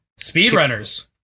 speedrunners